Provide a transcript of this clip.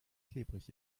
klebrig